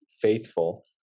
faithful